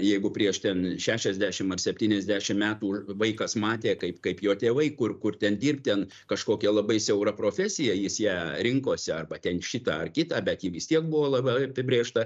jeigu prieš ten šešiasdešim ar septyniasdešim metų vaikas matė kaip kaip jo tėvai kur kur ten dirbt ten kažkokią labai siaurą profesiją jis ją rinkosi arba ten šitą ar kitą bet ji vis tiek buvo labai apibrėžta